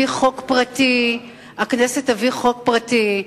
הכנסת תביא חוק פרטי, הכנסת תביא חוק פרטי.